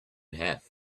have